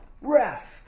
rest